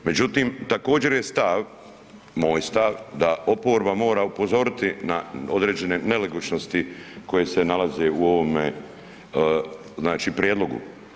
Međutim, također je stav, moj stav, da oporba mora upozoriti na određene nelogičnosti koje se nalaze u ovome znači prijedlogu.